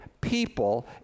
people